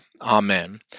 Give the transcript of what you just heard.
Amen